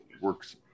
works